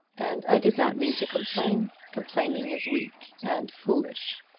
and i did not mean to complain. complaining is weak and foolish.